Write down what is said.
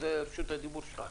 רשות הדיבור שלך.